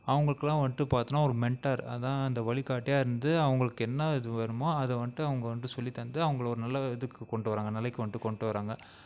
அவங்களுக்குலாம் வந்துட்டு பார்த்தீனா ஒரு மென்ட்டர் அதுதான் இந்த வழிகாட்டியா இருந்து அவங்களுக்கு என்ன இது வருமோ அதை வந்துட்டு அவங்க வந்துட்டு சொல்லி தந்து அவங்கள ஒரு நல்ல இதுக்கு கொண்டுவராங்க நிலைக்கு வந்துட்டு கொண்டுவராங்க